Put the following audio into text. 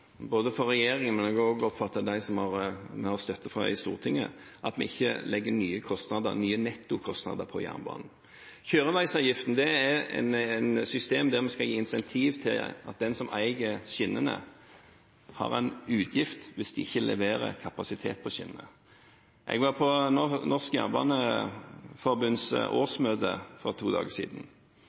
som vi har støtte fra i Stortinget, at vi ikke legger nye nettokostnader på jernbanen. Kjøreveisavgiften er et system der vi skal gi incentiv til at de som eier skinnene, har en utgift hvis de ikke leverer kapasitet på skinnene. Jeg var på Norsk Jernbaneforbunds årsmøte for to dager siden.